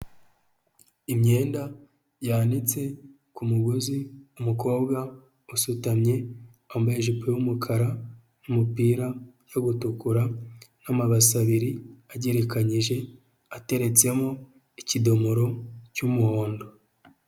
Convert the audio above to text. Imyenda yanitse ku mugozi, umukobwa usutamye, wambaye ijipo y'umukara, umupira ujya gutukura, n'amabase abiri agerekanyije, ateretsemo ikidomoro cy'umuhondo.